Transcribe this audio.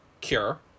cure